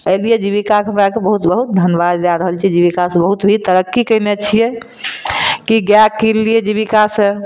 एहि लिए जीबिकाके हमरा आरके बहुत बहुत धन्यबाद जा रहल छै जीबिका से बहुत ही तरक्की कयने छियै कि गैआ कीन लियै जीबिका से